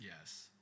Yes